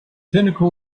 clinical